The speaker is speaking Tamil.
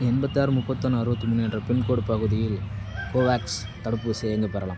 எண்பத்தாறு முப்பத்தொன்று அறுபத்திமூணு என்ற பின்கோடு பகுதியில் கோவோவேக்ஸ் தடுப்பூசியை எங்கே பெறலாம்